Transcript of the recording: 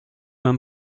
même